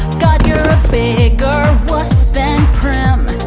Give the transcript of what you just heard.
god, you're a bigger wuss than prim.